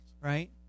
right